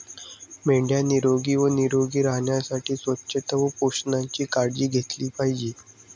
मेंढ्या निरोगी व निरोगी राहण्यासाठी स्वच्छता व पोषणाची काळजी घेतली पाहिजे